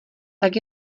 tak